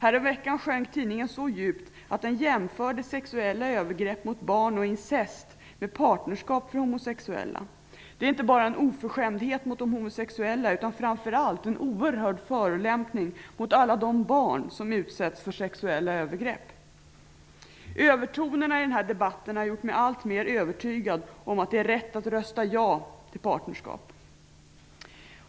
Häromveckan sjönk tidningen så djupt att den jämförde sexuella övergrepp mot barn och incest med partnerskap för homosexuella. Det är inte bara en oförskämdhet mot de homosexuella, utan framför allt en oerhörd förolämpning mot alla de barn som utsätts för sexuella övergrepp. Övertonerna i den här debatten har gjort mig alltmer övertygad om att det är rätt att rösta ja till partnerskap.